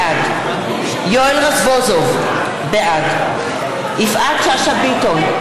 בעד יואל רזבוזוב, בעד יפעת שאשא ביטון,